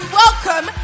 welcome